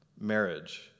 marriage